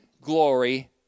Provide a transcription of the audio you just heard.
glory